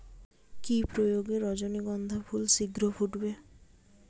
কি প্রয়োগে রজনীগন্ধা ফুল শিঘ্র ফুটবে?